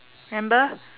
remember